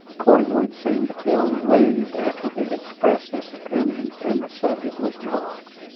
cornwood seemed to feel relieved after he had expressed this opinion, and the subject was dropped.